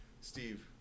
Steve